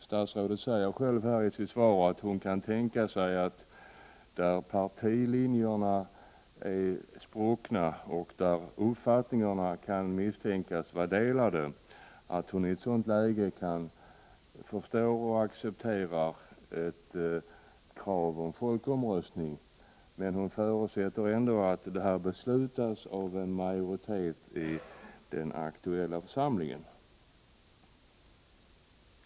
Statsrådet säger själv i svaret att hon i de fall det finns sprickor i partilinjerna eller där uppfattningarna kan misstänkas vara delade kan förstå och acceptera ett krav på folkomröstning. Men hon förutsätter ändå att en sådan måste beslutas av en majoritet i den aktuella församlingen.